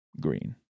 green